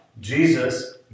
Jesus